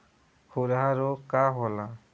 खुरहा रोग का होला?